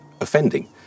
offending